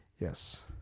Yes